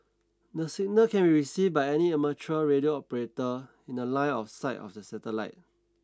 this signal can received by any amateur radio operator in the line of sight of the satellite